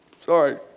Sorry